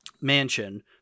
mansion